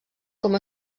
com